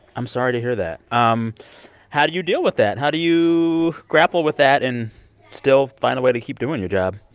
i'm sorry to hear that. um how do you deal with that? how do you grapple with that and still find a way to keep doing your job?